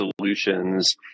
solutions